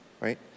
right